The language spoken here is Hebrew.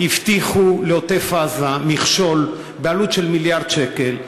הבטיחו לעוטף-עזה מכשול בעלות של מיליארד שקל,